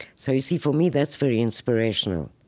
so, you see, for me that's very inspirational.